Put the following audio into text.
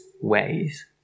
ways